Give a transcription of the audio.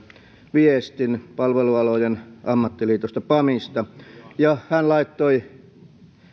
viestin palvelualojen ammattiliitosta pamista hän laittoi